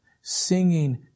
singing